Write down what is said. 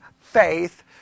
faith